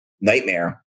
nightmare